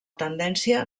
tendència